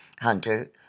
Hunter